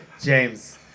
james